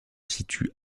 situe